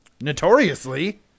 Notoriously